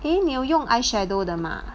then 你有用 eye eyeshadow 的吗